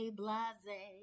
blase